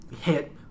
hit